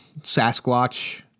Sasquatch